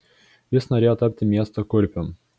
jis norėjo tapti miesto kurpium